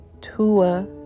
Tua